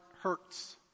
hurts